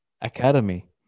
academy